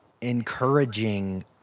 encouraging